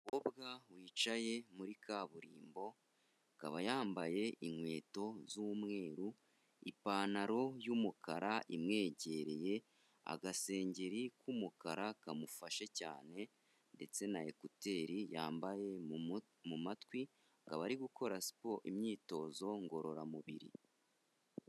Umukobwa wicaye muri kaburimbo akaba yambaye inkweto z'umweru, ipantaro y'umukara imwegereye, agasengeri k'umukara kamufashe cyane ndetse na ekuteri yambaye mu matwi, akaba ari gukora siporo imyitozo ngororamubiri.